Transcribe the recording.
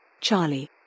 Charlie